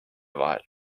vahel